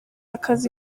akazi